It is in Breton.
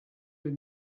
bep